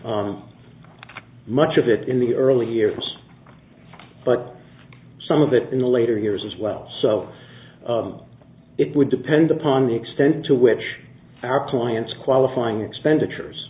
e much of it in the early years but some of it in the later years as well so it would depend upon the extent to which our clients qualifying expenditures